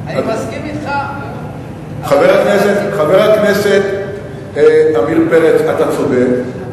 אני מסכים אתך, חבר הכנסת עמיר פרץ, אתה צודק.